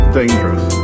dangerous